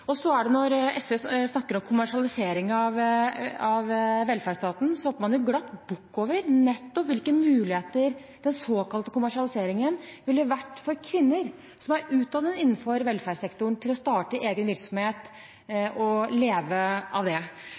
Når SV snakker om kommersialisering av velferdsstaten, hopper man glatt bukk over nettopp hvilke muligheter den såkalte kommersialiseringen ville gitt kvinner som er utdannet innenfor velferdssektoren, til å starte egen virksomhet og leve av